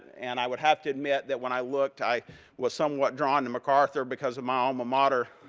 and i would have to admit that when i looked, i was somewhat drawn to macarthur because of my alma mater.